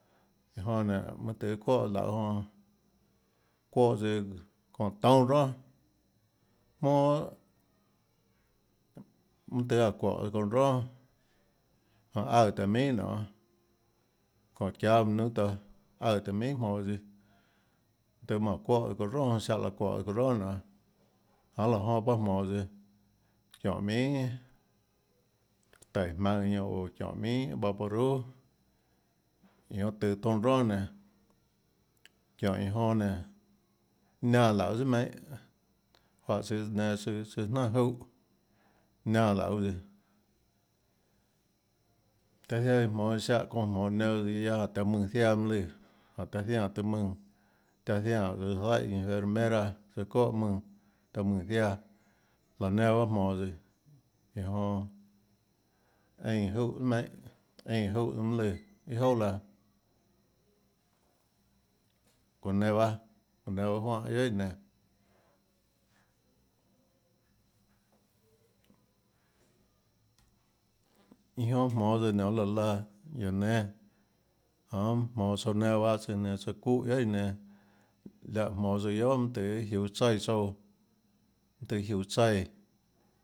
Iã jonã nénå tøhê çuóhã lauê jonã çuóhã tsøã çónhã toúnâ ronà jmonàon mønâ tøhê aã çuóhå çounã ronà janê aøè taã minhà nionê çónhã çiáâ minuto aøè taã minhà jmonå tsøã tøhê manã çuóhã çounã ronà ziáhã laã çuóhã ronà nionê janê laã jonã pahâ jmonå tsøã çiónhå minhà taíå jmaønhå ñanã oå çionhå minhà vaporu iã jonã tøå toúnâ ronà nénã çiónhå iã jonã nénå niánã lauê tsùà meinhâ juáhã tsøã nenã søã søã nenã jnánhà júhã niánã lauê tsùà taã ziaã iã jmonå iã ziáhã çoã jmonå iã nenã bahâ tsøã guiaâ jánhå taã mùnã ziaã mønâ lùã jánhå taã zianè tøã mùnã taã zianè tsøã zaíhã enfermera søã çóhã mùnã taã mùnã ziaã laã nenã baâ jmonå tsøã iã jonã eínã júhã tsùàmeinhâ eínã júhã mønâ lùã iâ jouà laã çonå nenã baâ çonå nenã baâ juánhã guiohà iã nenã iã jonã jmonå tsøã nionê laã laã guióå nénâ janê mønâ jmonå tsouã nénâ baâ tsøã nénâ tsøã çúhã guiohà iã nenã láhã jmonå tsøã guiohà tøhê jiuå tsaíã tsouã tøhê jiuå tsaíã.